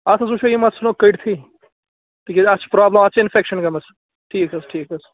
اَتھ حظ وٕچھو یہِ ما ژھٕنوکھ کٔڑتھٕے تِکیٛازِ اَتھ چھِ پرٛابلِم اَتھ چھِ اِنفٮ۪کشَن گٔمٕژ ٹھیٖک حظ ٹھیٖک حظ